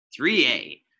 3A